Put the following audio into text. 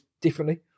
differently